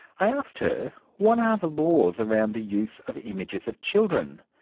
i asked her what are the laws around the use of images of children,